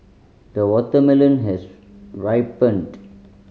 the watermelon has ripened